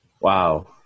Wow